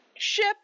ship